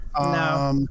No